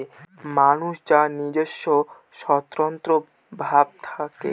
মানুষ যার নিজস্ব স্বতন্ত্র ভাব থাকে